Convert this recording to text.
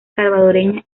salvadoreña